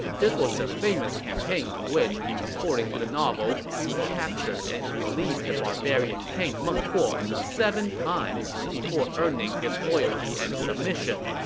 this was the famous campaign on which, according to the novel, he captured and released the barbarian king meng huo seven times before earning his loyalty and submission.